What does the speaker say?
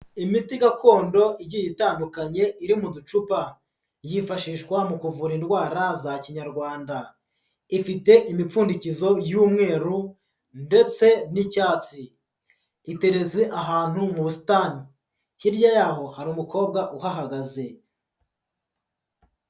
Imiti gakondo igiye itandukanye, iri mu ducupa yifashishwa mu kuvura indwara za Kinyarwanda, ifite imipfundikizo y'umweru ndetse n'icyatsi, iteretse ahantu mu busitani, hirya yaho hari umukobwa uhahagaze.